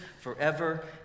forever